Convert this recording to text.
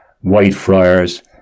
Whitefriars